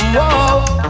Whoa